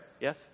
Yes